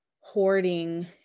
hoarding